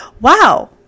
wow